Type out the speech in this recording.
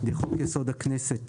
חוק-יסוד: הכנסת,